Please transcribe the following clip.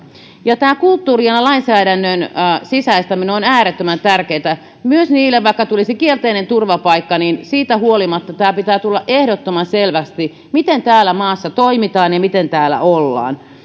kulttuurin ja lainsäädännön sisäistäminen on äärettömän tärkeätä myös vaikka tulisi kielteinen turvapaikkapäätös niin siitä huolimatta pitää tulla ehdottoman selväksi miten täällä maassa toimitaan ja miten täällä ollaan